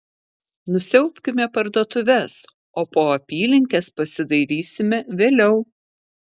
nusiaubkime parduotuves o po apylinkes pasidairysime vėliau